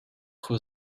who